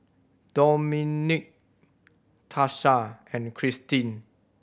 Domonique Tarsha and Kirsten